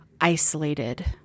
isolated